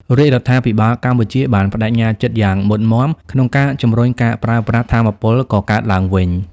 រាជរដ្ឋាភិបាលកម្ពុជាបានប្តេជ្ញាចិត្តយ៉ាងមុតមាំក្នុងការជំរុញការប្រើប្រាស់ថាមពលកកើតឡើងវិញ។